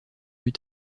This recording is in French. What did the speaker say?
plus